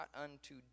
unto